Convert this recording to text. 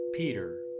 Peter